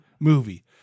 Movie